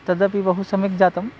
तदपि बहु सम्यक् जातं